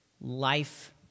life